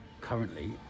Currently